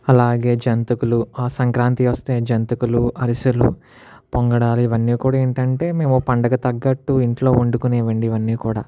అలాగే జంతికలు సంక్రాంతి వస్తే జంతికలు అరిసెలు పొంగడాలు ఇవన్నీ కూడా ఏంటంటే మేము పండగ తగ్గట్టు ఇంట్లో వండుకునేవి అండి ఇవన్నీ కూడా